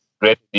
great